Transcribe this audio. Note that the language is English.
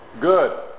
good